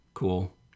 Cool